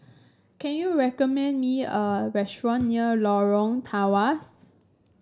can you recommend me a restaurant near Lorong Tawas